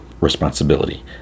responsibility